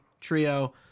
Trio